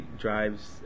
drives